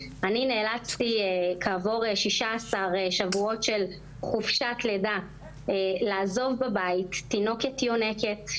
נאלצתי כעבור 16 שבועות של חופשת לידה לעזוב בבית תינוקת יונקת,